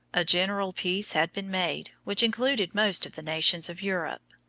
a general peace had been made, which included most of the nations of europe.